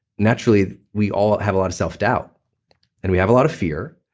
naturally we all have a lot of self doubt and we have a lot of fear.